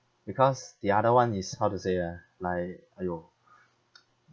because the other [one] is how to say ah like !aiyo!